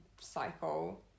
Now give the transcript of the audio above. cycle